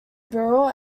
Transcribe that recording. burrell